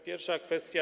Pierwsza kwestia.